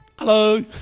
Hello